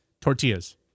Tortillas